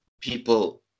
people